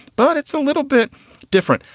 but it's a little bit different.